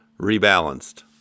rebalanced